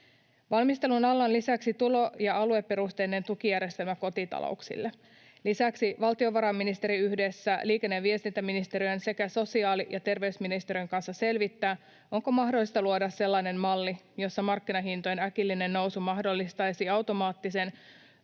Valmistelun alla on lisäksi tulo- ja alueperusteinen tukijärjestelmä kotitalouksille. Lisäksi valtiovarainministeriö yhdessä liikenne- ja viestintäministeriön sekä sosiaali- ja terveysministeriön kanssa selvittää, onko mahdollista luoda sellainen malli, jossa markkinahintojen äkillinen nousu mahdollistaisi automaattisen